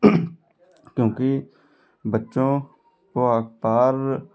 क्योंकि बच्चों को अखबार